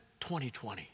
2020